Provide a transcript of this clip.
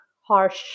harsh